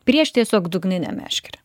prieš tiesiog dugninę meškerę